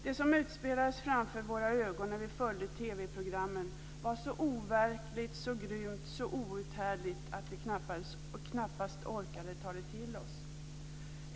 Det som utspelades framför våra ögon när vi följde TV-programmen var så overkligt, så grymt och så outhärdligt att vi knappast orkade ta det till oss.